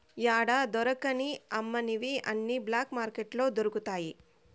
యాడా దొరకని అమ్మనివి అన్ని బ్లాక్ మార్కెట్లో దొరుకుతాయి